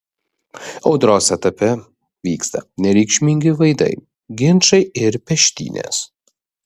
audros etape vyksta nereikšmingi vaidai ginčai ir peštynės